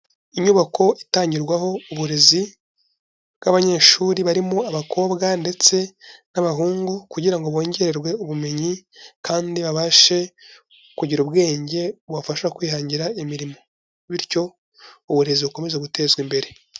Inyubako itangirwaho uburezi bw'abanyeshuri barimo abakobwa ndetse n'abahungu kugira ngo bongererwe ubumenyi kandi babashe kugira ubwenge bubafasha kwihangira imirimo, bityo uburezi bukomeze gutezwa imbere.